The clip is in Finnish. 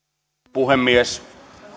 puhemies